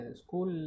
school